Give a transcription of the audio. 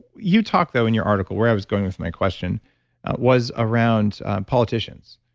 you talk though in your article, where i was going with my question was around politicians.